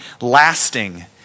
lasting